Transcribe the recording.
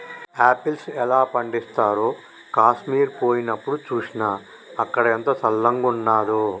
apples ఎలా పండిస్తారో కాశ్మీర్ పోయినప్డు చూస్నా, అక్కడ ఎంత చల్లంగున్నాదో